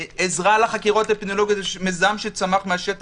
עזרה לחקירות אפידמיולוגיות מיזם שצמח מן השטח,